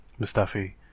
Mustafi